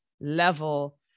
level